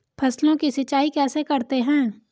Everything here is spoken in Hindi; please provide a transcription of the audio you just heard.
फसलों की सिंचाई कैसे करते हैं?